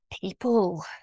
people